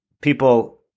people